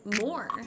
more